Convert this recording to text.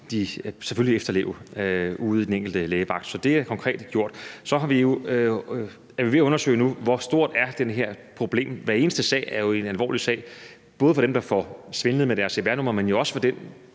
de selvfølgelig efterleve ude i den enkelte lægevagt. Det har jeg konkret gjort, og så er vi nu ved at undersøge, hvor stort det her problem er. Hver eneste sag er jo en alvorlig sag, både for dem, der får svindlet med deres cpr-nummer, men jo også for den,